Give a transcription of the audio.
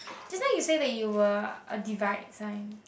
just now you say that you were a divide sign